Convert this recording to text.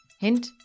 Hint